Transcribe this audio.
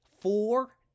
four